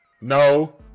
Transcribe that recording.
No